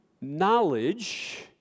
knowledge